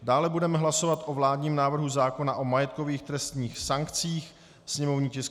Dále budeme hlasovat o vládním návrhu zákona o majetkových trestních sankcích, sněmovní tisk 650.